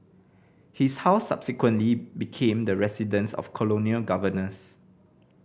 his house subsequently became the residence of colonial governors